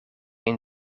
een